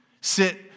sit